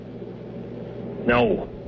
No